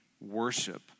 worship